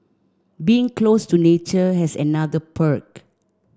being close to nature has another perk